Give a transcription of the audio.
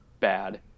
bad